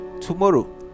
Tomorrow